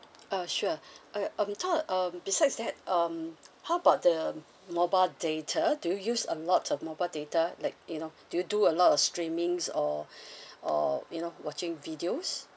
uh sure uh um talk uh besides that um how about the mobile data do you use a lot of mobile data like you know do you do a lot of streamings or or you know watching videos